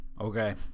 okay